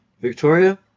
Victoria